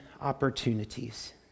opportunities